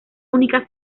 única